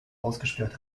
ausgesperrt